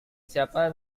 siapa